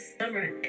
summer